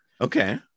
Okay